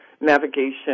navigation